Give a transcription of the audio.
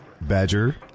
Badger